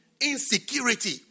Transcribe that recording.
insecurity